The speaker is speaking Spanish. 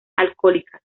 alcohólicas